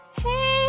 hey